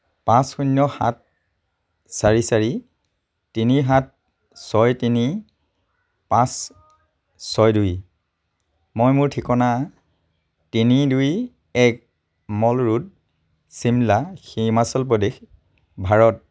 পাঁচ শূন্য সাত চাৰি চাৰি তিনি সাত ছয় তিনি পাঁচ ছয় দুই মই মোৰ ঠিকনা তিনি দুই এক মল ৰোড ছিমলা হিমাচল প্ৰদেশ ভাৰত